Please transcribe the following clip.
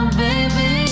baby